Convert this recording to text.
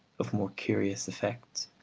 of more curious effects,